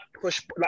push